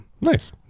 Nice